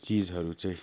चिजहरू चाहिँ